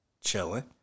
Chilling